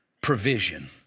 provision